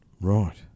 right